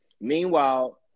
Meanwhile